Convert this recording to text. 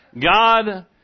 God